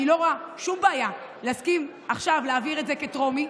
אני לא רואה שום בעיה להסכים עכשיו להעביר את זה בטרומית.